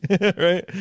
Right